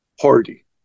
party